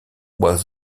was